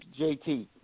JT